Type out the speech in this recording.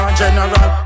general